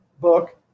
book